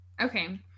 Okay